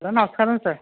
sir నమస్కారం sir